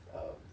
um